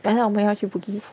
then 要我们要去 Bugis